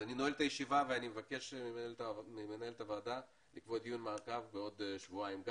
אני נועל את הישיבה ומבקש ממנהלת הוועדה לקבוע דיון מעקב בעוד שבועיים,